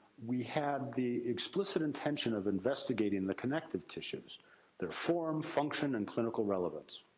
we had the explicit intention of investigating the connective tissues their form, function, and clinical relevance.